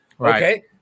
Okay